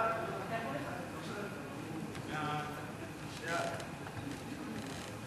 ההצעה להעביר את הנושא לוועדת החוץ והביטחון נתקבלה.